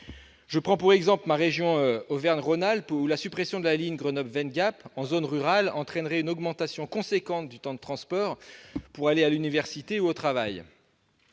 Je prends l'exemple de ma région, Auvergne-Rhône-Alpes, où la suppression de la ligne Grenoble-Veynes-Gap en zone rurale entraînerait une augmentation importante du temps de transport pour aller à l'université ou au travail.